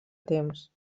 temps